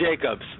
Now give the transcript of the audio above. Jacobs